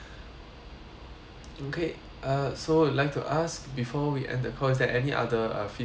mm okay uh so would like to ask before we end the call is there any other uh feedback that you would like to give